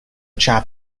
chap